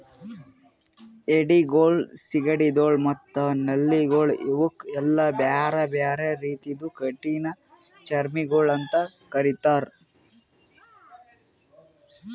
ಏಡಿಗೊಳ್, ಸೀಗಡಿಗೊಳ್ ಮತ್ತ ನಳ್ಳಿಗೊಳ್ ಇವುಕ್ ಎಲ್ಲಾ ಬ್ಯಾರೆ ಬ್ಯಾರೆ ರೀತಿದು ಕಠಿಣ ಚರ್ಮಿಗೊಳ್ ಅಂತ್ ಕರಿತ್ತಾರ್